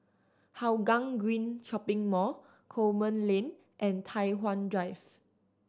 Hougang Green Shopping Mall Coleman Lane and Tai Hwan Drive